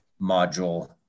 module